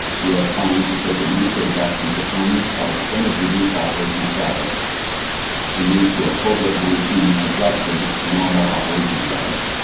we are planning to take administrative action to end our extended reduced operation status and move to a covid nineteen adjusted normal operation status.